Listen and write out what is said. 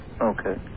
Okay